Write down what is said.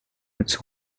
its